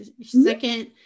second